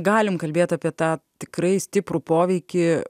galim kalbėti apie tą tikrai stiprų poveikį